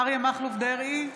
אריה מכלוף דרעי,